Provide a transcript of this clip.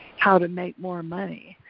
how to make more money,